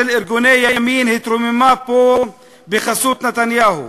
התרוממה פה, בחסות נתניהו,